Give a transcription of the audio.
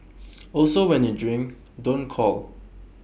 also when you drink don't call